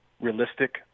realistic